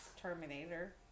terminator